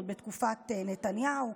עוד בתקופת נתניהו,